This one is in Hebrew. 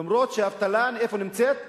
למרות שהאבטלה, איפה נמצאת?